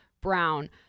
Brown